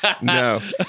no